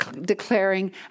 declaring